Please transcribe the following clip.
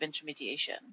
intermediation